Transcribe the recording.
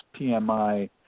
PMI